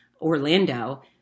Orlando